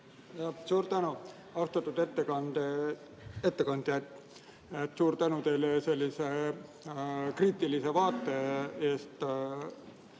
Suur tänu! Austatud ettekandja, suur tänu teile sellise kriitilise vaate eest